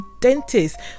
Dentist